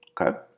okay